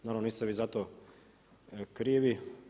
Naravno niste vi za to krivi.